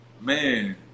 Man